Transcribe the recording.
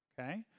okay